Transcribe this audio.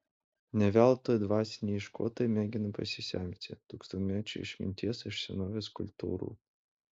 ne veltui dvasiniai ieškotojai mėgina pasisemti tūkstantmečių išminties iš senovės kultūrų